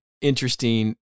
interesting